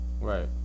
Right